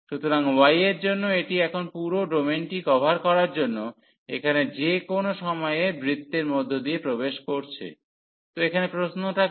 সুতরাং y এর জন্য এটি এখন পুরো ডোমেনটি কভার করার জন্য এখানে যে কোনও সময়ে বৃত্তের মধ্য দিয়ে প্রবেশ করছে তো এখানে প্রশ্নটা কী